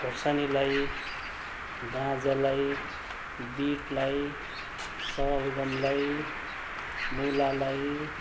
खोर्सानीलाई गाजरलाई बिटलाई सलगमलाई मुलालाई